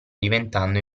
diventando